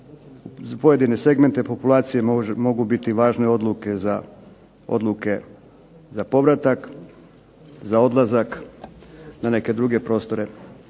pojedine segmente populacije mogu biti važne odluke za povratak, za odlazak na neke druge prostore